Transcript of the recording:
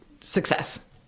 success